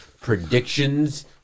predictions